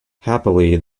happily